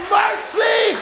mercy